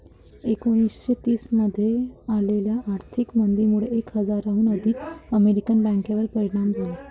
एकोणीसशे तीस मध्ये आलेल्या आर्थिक मंदीमुळे एक हजाराहून अधिक अमेरिकन बँकांवर परिणाम झाला